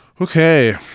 Okay